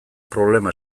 problema